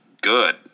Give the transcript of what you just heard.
good